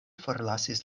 forlasis